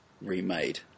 remade